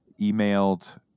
emailed